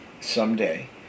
someday